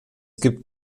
gibt